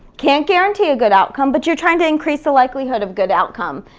can't guarantee a good outcome, but you're trying to increase the likelihood of good outcome,